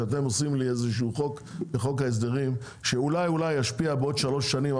שאתם עושים לי איזה שהוא חוק ההסדרים שאולי אולי ישפיע בעוד 3 שנים,